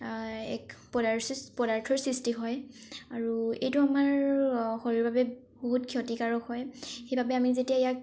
এক পদাৰ্থ চিছ পদাৰ্থৰ সৃষ্টি হয় আৰু এইটো আমাৰ শৰীৰৰ বাবে বহুত ক্ষতিকাৰক হয় সেইবাবে আমি যেতিয়া ইয়াক